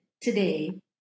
today